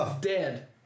dead